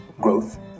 growth